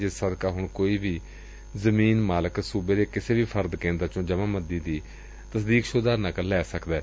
ਇਸ ਸਦਕਾ ਹੁਣ ਕੋਈ ਵੀ ਜ਼ਮੀਨ ਮਾਲਕ ਸੂਬੇ ਦੇ ਕਿਸੇ ਵੀ ਫਰਦ ਕੇਂਦਰ ਵਿੱਚੋ ਜਮ੍ਪਾਂਬੰਦੀ ਦੀ ਤਸਦੀਕਸ਼ੁਦਾ ਨਕਲ ਲੈ ਸਕਦੈ